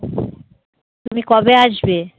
তুমি কবে আসবে